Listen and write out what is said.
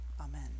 amen